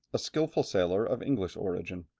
a skilful sailor of english origin.